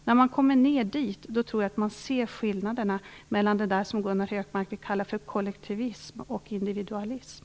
När man kommer ner dit tror jag att man ser skillnaderna mellan det som Gunnar Hökmark vill kalla för kollektivism och det som han kallar för individualism.